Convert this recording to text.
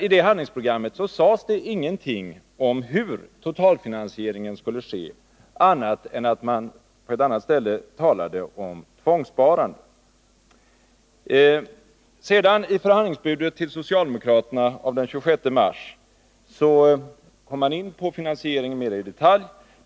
I det programmet sägs ingenting om hur totalfinansieringen skall ske — på annat sätt än att man talar om tvångssparande. I förhandlingsbudet till socialdemokraterna den 26 mars kom man mer i detalj in på finansieringen.